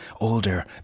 older